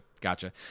Gotcha